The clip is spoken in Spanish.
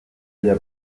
ella